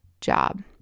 job